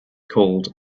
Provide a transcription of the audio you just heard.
called